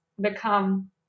become